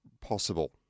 possible